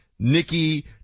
Nikki